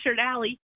alley